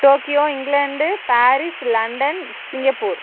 Tokyo England Paris London Singapore